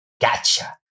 Gotcha